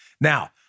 Now